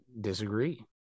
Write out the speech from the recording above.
disagree